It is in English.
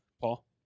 Paul